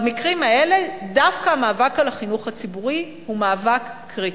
במקרים האלה דווקא המאבק על החינוך הציבורי הוא מאבק קריטי.